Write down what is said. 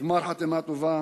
וגמר חתימה טובה,